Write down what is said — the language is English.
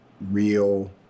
real